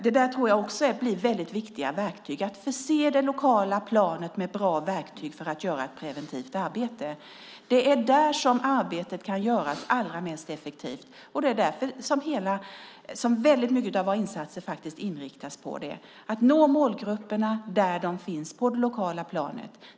Det där tror jag också blir väldigt viktiga verktyg, nämligen att förse det lokala planet med bra verktyg för att göra ett preventivt arbete. Det är där arbetet kan göras allra mest effektivt, och det är därför väldigt mycket av våra insatser inriktas på det, nämligen att nå målgrupperna där de finns, på det lokala planet.